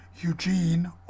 eugene